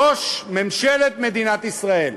ראש ממשלת מדינת ישראל.